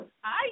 hi